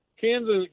kansas